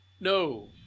No